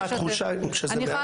אבל זה מעט מידי, התחושה שזה מעט.